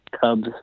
Cubs